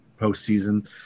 postseason